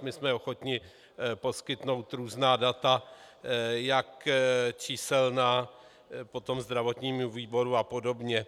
My jsme ochotni poskytnout různá data jak číselná potom zdravotnímu výboru a podobně.